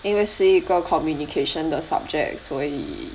因为是一个 communication 的 subject 所以